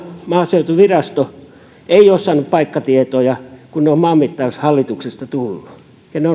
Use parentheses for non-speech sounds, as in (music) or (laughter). maaseutuvirasto ei ole saanut paikkatietoja kun ne ovat maanmittaushallituksesta tulleet ja ne (unintelligible)